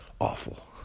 awful